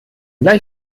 gleich